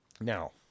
Now